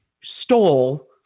stole